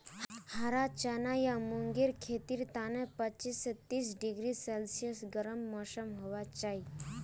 हरा चना या मूंगेर खेतीर तने पच्चीस स तीस डिग्री सेल्सियस गर्म मौसम होबा चाई